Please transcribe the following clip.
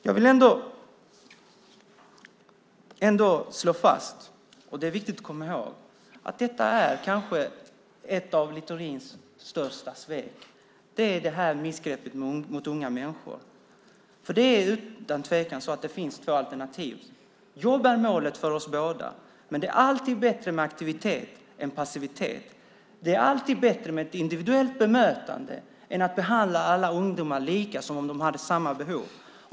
Jag vill ändå slå fast, och det är viktigt att komma ihåg, att detta missgrepp mot unga människor kanske är ett av Littorins största svek. Det är utan tvekan så att det finns två alternativ. Jobb är målet för oss båda, men det är alltid bättre med aktivitet än passivitet. Det är alltid bättre med ett individuellt bemötande än att behandla alla ungdomar lika som om de hade samma behov.